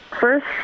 First